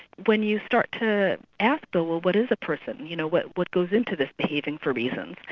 when you start to ask, though, what what is a person, you know what what goes into this behaving for reasons?